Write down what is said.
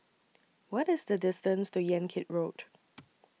What IS The distance to Yan Kit Road